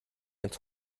its